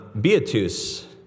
beatus